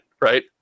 right